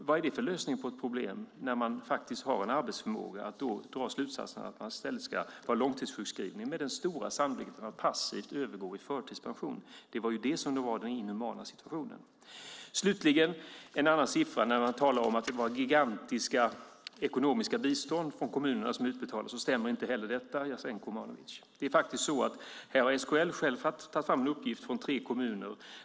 Vad är det för lösning på ett problem att dra slutsatsen att människor som faktiskt har arbetsförmåga i stället ska vara långtidssjukskrivna med den stora sannolikheten att de passivt övergår i förtidspension? Det var ju detta som var den inhumana situationen. Slutligen stämmer inte heller siffran för det gigantiska ekonomiska bistånd som utbetalades från kommunerna, Jasenko Omanovic. Här har SKL själva tagit fram uppgifter från tre kommuner.